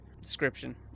description